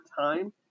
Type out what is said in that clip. time